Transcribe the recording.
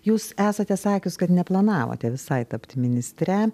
jūs esate sakius kad neplanavote visai tapti ministre